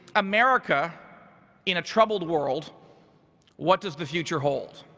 america in a troubled world what does the future hold?